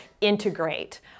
integrate